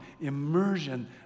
immersion